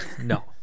No